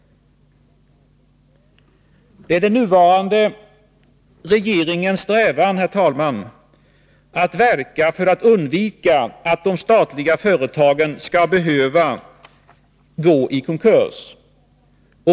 Det är den nuvarande regeringens strävan att verka för att undvika att de statliga företagen skall behöva gå i konkurs.